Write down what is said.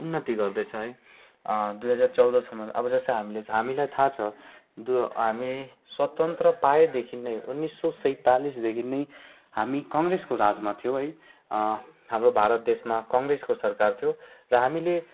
उन्नति गर्दैछ है दुई हजार चौधसम्म अब जस्तै हामीले हामीलाई थाहा छ दो हामी स्वतन्त्र पाएदेखिन् नै उन्नाइस सय सैतालिसदेखिन् नै हामी कङ्ग्रेसको राजमा थियौँ है हाम्रो भारत देशमा कङ्ग्रेसको सरकार थियो र हामीले